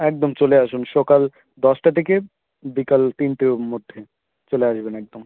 একদম চলে আসুন সকাল দশটা থেকে বিকাল তিনটের মধ্যে চলে আসবেন একদম